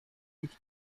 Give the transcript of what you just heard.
ich